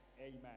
Amen